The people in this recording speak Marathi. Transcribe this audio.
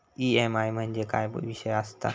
ई.एम.आय म्हणजे काय विषय आसता?